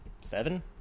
seven